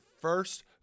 first